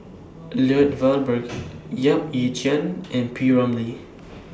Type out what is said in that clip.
Lloyd Valberg Yap Ee Chian and P Ramlee